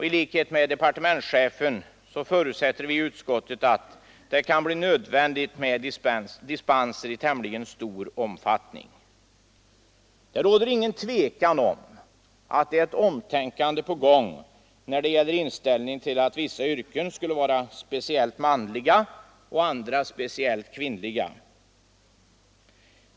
I likhet med departementschefen förutser utskottet därvid att det kan bli nödvändigt med dispenser i tämligen stor omfattning.” Det råder inget tvivel om att ett omtänkande är på gång när det gäller inställningen att vissa yrken skulle vara speciellt manliga och andra speciellt kvinnliga.